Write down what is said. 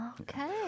Okay